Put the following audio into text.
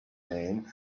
name